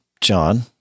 John